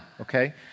okay